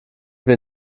wir